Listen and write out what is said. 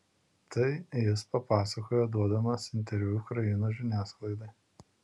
tai jis papasakojo duodamas interviu ukrainos žiniasklaidai